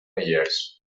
myers